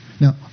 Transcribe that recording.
Now